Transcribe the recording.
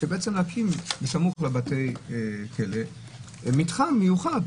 להקים בסמוך לבתי הכלא מתחם מיוחד,